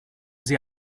sie